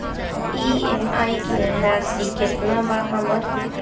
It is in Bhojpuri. ई.एम.आई की राशि केतना बा हमर?